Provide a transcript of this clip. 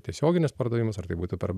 tiesioginis pardavimas ar tai būtų per